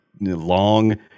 long